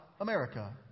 america